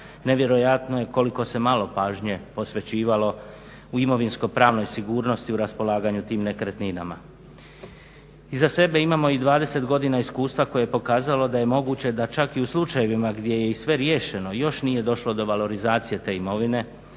Nevjerojatno je koliko se malo pažnje posvećivalo u imovinsko-pravnoj sigurnosti u raspolaganju tim nekretninama. Iza sebe imamo i 20 godina iskustva koje je pokazalo da je moguće da čak i u slučajevima gdje je sve riješeno još nije došlo do valorizacije te imovine